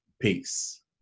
Peace